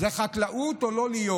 זה "חקלאות או לא להיות".